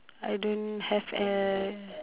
I don't have uh